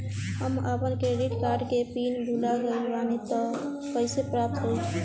हम आपन credit card के पिन भुला गइल बानी त कइसे प्राप्त होई?